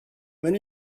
when